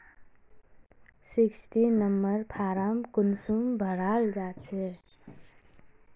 Sixteen number form कुंसम भराल जाछे?